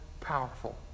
powerful